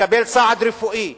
לקבל סעד רפואי.